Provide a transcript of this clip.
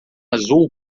azul